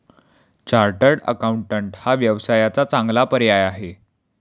chartered accountant हा व्यवसायाचा चांगला पर्याय आहे